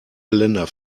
geländer